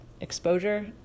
exposure